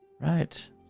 Right